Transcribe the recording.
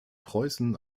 preußen